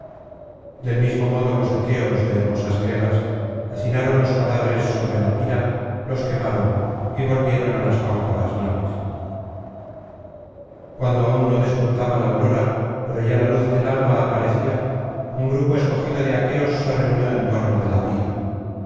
del mismo modo los aqueos de hermosas grebas hacinaron los cadáveres sobre la pira los quemaron y volvieron á las cóncavas naves cuando aún no despuntaba la aurora pero ya la luz del alba aparecía un grupo escogido de aqueos se reunió en torno de la pira